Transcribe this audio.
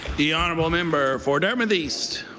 the honourable member for dartmouth east.